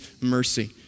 mercy